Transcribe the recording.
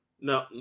No